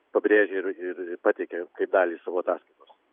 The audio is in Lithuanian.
pabrėžia ir ir pateikia dalį savo ataskaitos